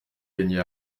gagner